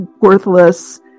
worthless